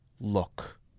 look